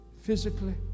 physically